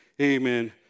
amen